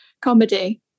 comedy